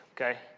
okay